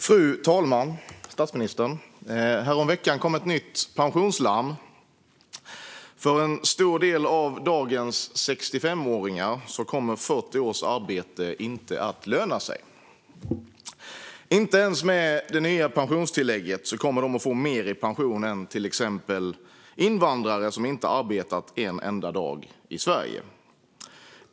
Fru talman! Statsministern! Häromveckan kom ett nytt pensionslarm. För en stor del av dagens 65-åringar kommer 40 års arbete inte att löna sig. Inte ens med det nya pensionstillägget kommer de att få mer i pension än till exempel invandrare som inte har arbetat en enda dag i Sverige.